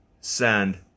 Send